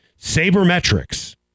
Sabermetrics